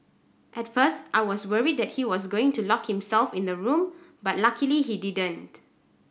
at first I was worried that he was going to lock himself in the room but luckily he didn't